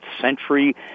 century